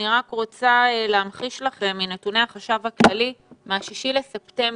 אני רוצה להמחיש לכם מנתוני החשב הכללי מה-6 בספטמבר,